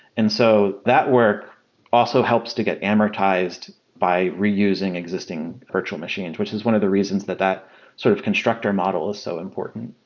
and so that work also sed to get amortized by reusing existing virtual machines, which is one of the reasons that that sort of constructor model is so important.